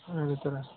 आरो तोरा